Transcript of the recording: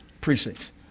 precincts